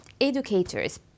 educators